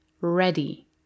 Ready